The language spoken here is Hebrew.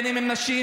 בין אם הן נשים,